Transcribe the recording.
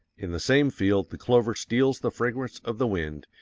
in the same field the clover steals the fragrance of the wind,